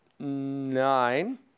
Nine